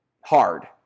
hard